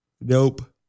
nope